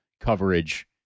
coverage